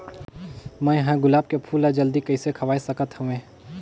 मैं ह गुलाब के फूल ला जल्दी कइसे खवाय सकथ हवे?